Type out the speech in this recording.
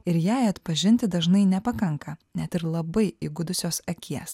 ir jai atpažinti dažnai nepakanka net ir labai įgudusios akies